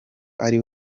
ari